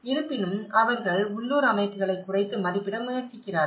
இருப்பினும் அவர்கள் உள்ளூர் அமைப்புகளை குறைத்து மதிப்பிட முயற்சிக்கிறார்கள்